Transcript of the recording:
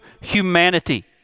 humanity